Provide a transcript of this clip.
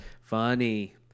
Funny